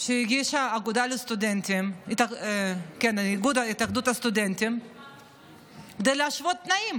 שהגישה התאחדות הסטודנטים כדי להשוות תנאים,